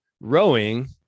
rowing